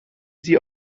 sie